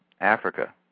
Africa